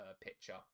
picture